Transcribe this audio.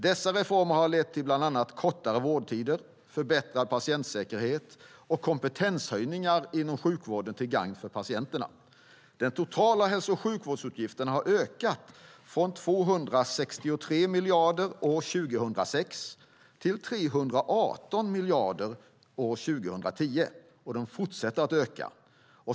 Dessa reformer har lett till bland annat kortare vårdtider, förbättrad patientsäkerhet och kompetenshöjning inom sjukvården till gagn för patienterna. De totala hälso och sjukvårdsutgifterna har ökat från 263 miljarder år 2006 till 318 miljarder år 2010. Och de fortsätter att öka.